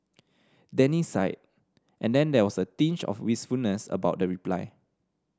Danny sighed and then there was a tinge of wistfulness about the reply